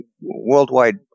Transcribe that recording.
Worldwide